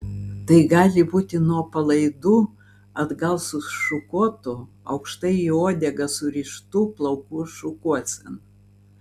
tai gali būti nuo palaidų atgal sušukuotų aukštai į uodegą surištų plaukų šukuosena